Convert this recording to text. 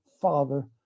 father